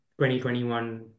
2021